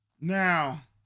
Now